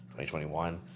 2021